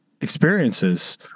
experiences